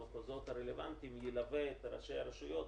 במחוזות הרלוונטיים ילווה את ראשי הרשויות,